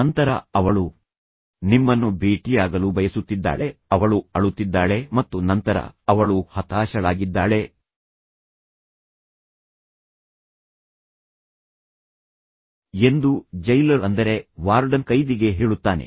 ನಂತರ ಅವಳು ನಿಮ್ಮನ್ನು ಭೇಟಿಯಾಗಲು ಬಯಸುತ್ತಿದ್ದಾಳೆ ಅವಳು ಸ್ವ್ಯಾಬ್ ಮಾಡುತ್ತಿದ್ದಾಳೆ ಅವಳು ಅಳುತ್ತಿದ್ದಾಳೆ ಮತ್ತು ನಂತರ ಅವಳು ಹತಾಶಳಾಗಿದ್ದಾಳೆ ಎಂದು ಜೈಲರ್ ಅಂದರೆ ವಾರ್ಡನ್ ಕೈದಿಗೆ ಹೇಳುತ್ತಾನೆ